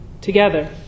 together